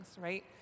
right